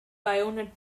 bayonet